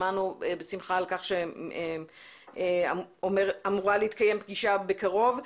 שמענו בשמחה על כך שאמורה להתקיים פגישה בקרוב.